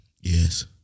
Yes